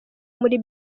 muri